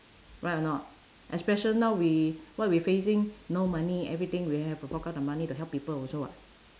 right or not especial~ now we what we facing no money everything we have to fork out the money to help people also [what]